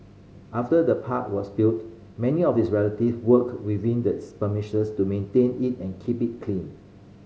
after the park was built many of his relative worked within its premises to maintain it and keep it clean